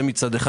זה מצד אחד.